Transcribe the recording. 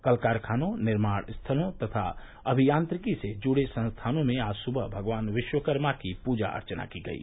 कल कारखानों निर्माण स्थलों तथा अभियंत्रिकी से जुड़े संस्थानों में आज सुबह भगवान विश्वकर्मा की पूजा अर्चना की गयी